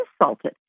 insulted